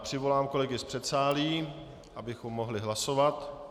Přivolám kolegy z předsálí, abychom mohli hlasovat.